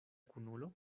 kunulo